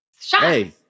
Hey